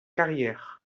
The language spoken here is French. carrière